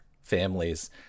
families